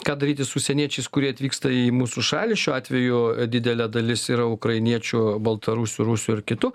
ką daryti su užsieniečiais kurie atvyksta į mūsų šalį šiuo atveju didelė dalis yra ukrainiečių baltarusių rusių ir kitų